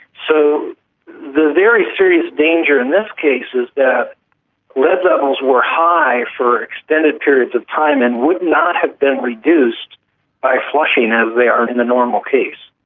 so the very serious danger in this case is that lead levels were high for extended periods of time and would not have been reduced by flushing as they are in the normal case.